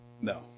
No